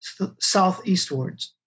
southeastwards